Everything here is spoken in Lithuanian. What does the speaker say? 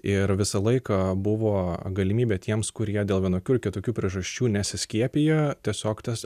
ir visą laiką buvo galimybė tiems kurie dėl vienokių ar kitokių priežasčių nesiskiepija tiesiog tas